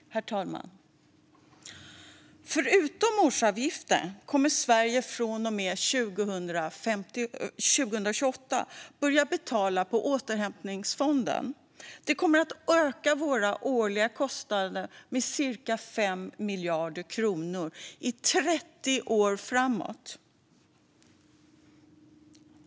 Herr talman! Förutom årsavgiften kommer Sverige från och med 2028 att börja betala på återhämtningsfonden. Det kommer att öka våra kostnader med cirka 5 miljarder kronor per år i 30 år framåt.